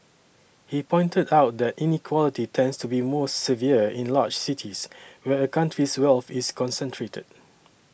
he pointed out that inequality tends to be most severe in large cities where a country's wealth is concentrated